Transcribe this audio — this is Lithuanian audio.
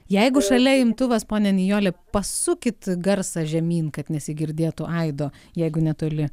jeigu šalia imtuvas ponia nijole pasukit garsą žemyn kad nesigirdėtų aido jeigu netoli